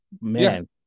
Man